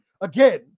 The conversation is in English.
again